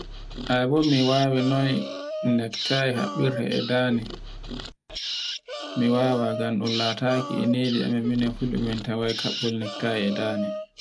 Ai bo mi wawi noy nicktie haɓɓirte e dande. Mi wawa nganɗon lataki e neyli amin minon fulɓe min tawoy kaɓɓol necktie e dande.